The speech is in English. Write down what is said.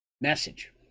message